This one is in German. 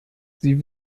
sie